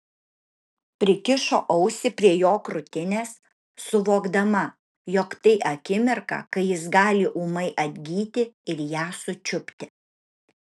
prikišo ausį prie jo krūtinės suvokdama jog tai akimirka kai jis gali ūmai atgyti ir ją sučiupti